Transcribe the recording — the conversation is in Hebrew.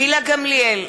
גילה גמליאל,